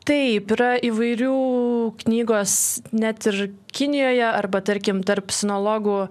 taip yra įvairių knygos net ir kinijoje arba tarkim tarp sinologų